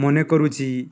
ମନେ କରୁଛି